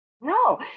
No